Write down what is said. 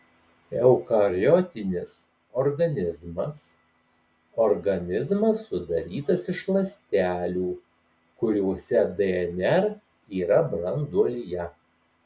eukariotinis organizmas organizmas sudarytas iš ląstelių kuriose dnr yra branduolyje